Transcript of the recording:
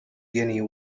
guinea